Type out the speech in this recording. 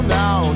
now